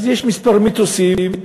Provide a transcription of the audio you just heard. אז יש מספר מיתוסים,